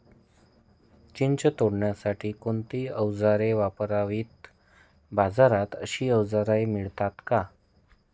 चिंच तोडण्यासाठी कोणती औजारे वापरावीत? बाजारात अशी औजारे मिळतात का?